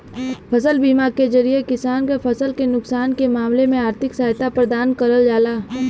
फसल बीमा के जरिये किसान क फसल के नुकसान के मामले में आर्थिक सहायता प्रदान करल जाला